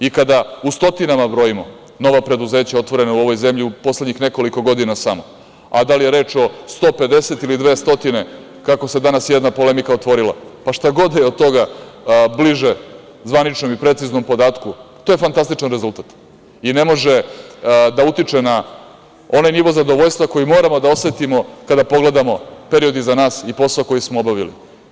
I kada u stotinama brojimo nova preduzeća otvorena u ovoj zemlji u poslednjih nekoliko godina samo, a da li je reč o 150 ili 200, kako se danas jedna polemika otvorila, pa, šta god da je od toga bliže zvaničnom i preciznom podatku to je fantastičan rezultat i ne može da utiče na onaj nivo zadovoljstva koji moramo da osetimo kada pogledamo period iza nas i posao koji smo obavili.